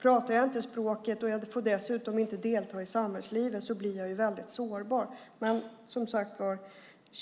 Pratar man inte språket och inte får delta i samhällslivet blir man ju väldigt sårbar.